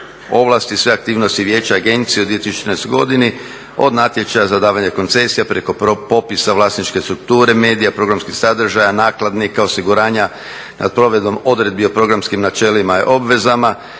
ovlasti i sve aktivnosti vijeća i agencije u 2013. godini od natječaja za davanje koncesija preko popisa vlasničke strukture medija, programskih sadržaja, nakladnika, osiguranja nad provedbom odredbi o programskim načelima i obvezama,